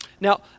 Now